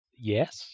Yes